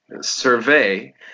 survey